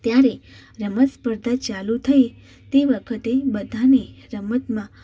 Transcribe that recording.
ત્યારે રમત સ્પર્ધા ચાલુ થઇ તે વખતે બધાને રમતમાં